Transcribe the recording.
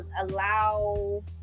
allow